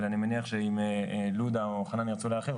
אבל אני מניח שאם לודה או חנן ירצו להרחיב,